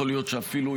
יכול להיות שאפילו,